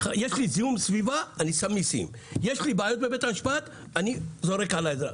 יש לי זיהום סביבה, אני שם מיסים.